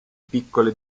piccole